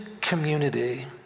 community